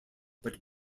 but